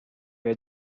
your